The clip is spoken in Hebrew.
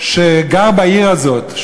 שגר בעיר הזאת,